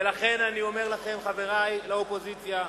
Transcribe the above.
ולכן אני אומר לכם, חברי לאופוזיציה: